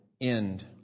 end